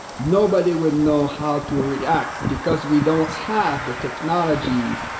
nobody would know how to react because we don't have the technologies,